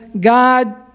God